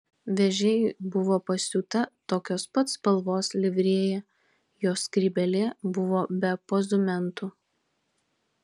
vežėjui buvo pasiūta tokios pat spalvos livrėja jo skrybėlė buvo be pozumentų